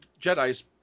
Jedi's